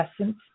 essence